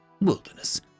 wilderness